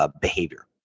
behavior